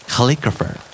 Calligrapher